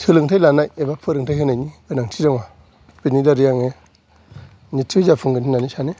सोलोंथाइ लानाय एबा फोरोंथाय होनायनि गोनांथि दङ बेनि दारै आङो निचय जाफुंगोन होननानै सानो